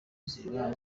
ziba